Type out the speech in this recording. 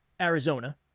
Arizona